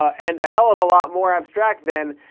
and a hell of a lot more abstract than.